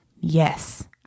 Yes